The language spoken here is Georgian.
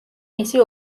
მისი